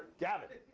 gavin.